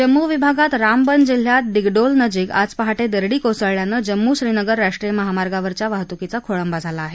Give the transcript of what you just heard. जम्मू विभागात रामबन जिल्ह्यात डिगडोल नजीक आज पहाटे दरडी कोसळल्यानं जम्मू श्रीनगर राष्ट्रीय महामार्गावरच्या वाहतूकीचा खोळंबा झाला आहे